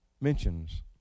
mentions